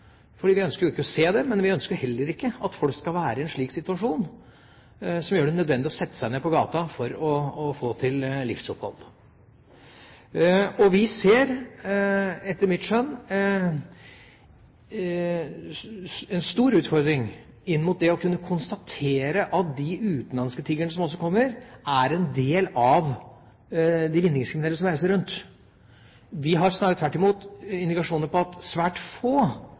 Vi ønsker jo ikke å se tiggerne, men vi ønsker heller ikke at folk skal være i en slik situasjon som gjør det nødvendig at de må sette seg ned på gata for å få til sitt livsopphold. Vi har, etter mitt skjønn, en stor utfordring når det gjelder å kunne konstatere om de utenlandske tiggerne som kommer, er en del av de vinningskriminelle som reiser rundt. Vi har snarere tvert imot indikasjoner på at svært få